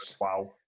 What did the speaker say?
Wow